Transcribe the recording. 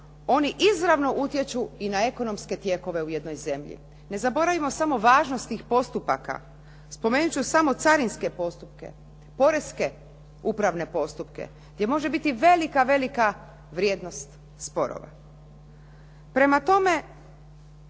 oni izravno odlučuju i na ekonomske tijekove u jednoj zemlji. Ne zaboravimo samo važnost tih postupaka. Spomenut ću samo carinske postupke, poreske upravne postupke, gdje može biti velika, velika vrijednost sporova. Prema tome,